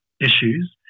issues